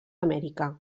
amèrica